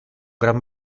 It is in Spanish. gran